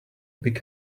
big